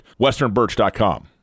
westernbirch.com